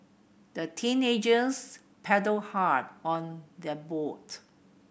the teenagers paddled hard on their boat